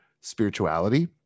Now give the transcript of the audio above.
spirituality